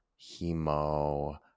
hemo